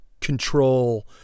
control